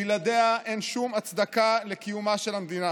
בלעדיה אין שום הצדקה לקיומה של המדינה.